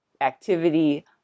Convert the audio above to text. activity